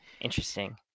interesting